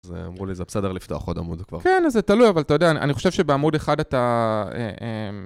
אז אמרו לי, זה בסדר לפתוח עוד עמוד כבר? כן, זה תלוי, אבל אתה יודע, אני חושב שבעמוד 1 אתה...